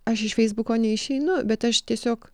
aš iš feisbuko neišeinu bet aš tiesiog